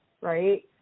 right